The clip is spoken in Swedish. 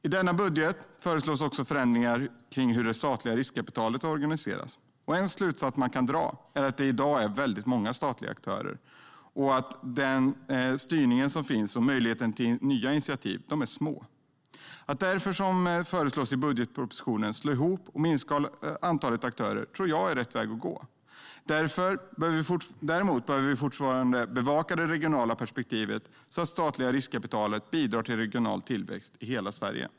I denna budget föreslås också förändringar av hur det statliga riskkapitalet är organiserat. En slutsats man kan dra är att det i dag finns många statliga aktörer och att möjligheterna till styrning eller nya initiativ är små. Att därför, som föreslås i budgetpropositionen, slå ihop och minska antalet aktörer tror jag är rätt väg att gå. Däremot behöver vi fortfarande bevaka det regionala perspektivet så att det statliga riskkapitalet bidrar till regional tillväxt i hela Sverige.